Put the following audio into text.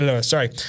sorry